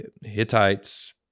Hittites